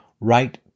right